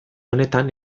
honetan